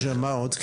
מה עוד?